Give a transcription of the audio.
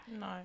no